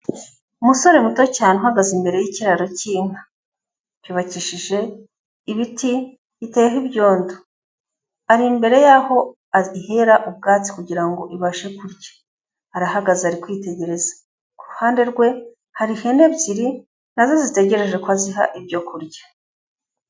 Umusore muto cyane uhagaze imbere y'ikiraro cy'inka, cyubakishije ibiti biteyeho ibyondo, ari imbere yaho azihera ubwatsi kugira ngo ibashe kurya, arahagaze ari kwitegereza, ku ruhande rwe hari ihene ebyiri, nazo zitegereje ko aziha ibyo kurya.